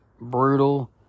brutal